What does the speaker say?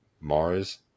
Mars